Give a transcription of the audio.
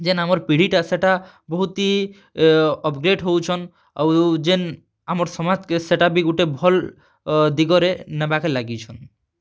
ଯେନ୍ ଆମର୍ ପିଢ଼ୀଟା ସେ'ଟା ବହୁତ୍ ହିଁ ଅପ୍ଡ଼େଟ୍ ହେଉଛନ୍ ଆଉ ଯେନ୍ ଆମର୍ ସମାଜ୍କେ ସେଟା ବି ଗୁଟେ ଭଲ୍ ଦିଗରେ ନେବାକେ ଲାଗିଛନ୍